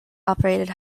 operated